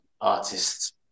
artists